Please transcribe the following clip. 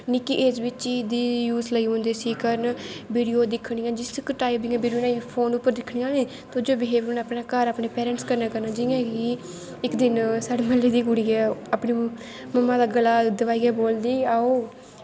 निक्की एज़ बिच्च ई इसी यूस लहगी पौंदे करन वीडियो दिक्खनियां जिस टाईप दियां बीडियो फोन पर दिक्खनियां के जो वहेव उनैं घर अपने पेरैंटस कन्नै करना जियां कि इक दिन साढ़े मह्ल्ले दी कुड़ी ऐ अपनी मम्मा दा गला दवाईयै बोलदी आओ